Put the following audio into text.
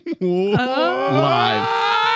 Live